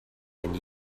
and